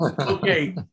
Okay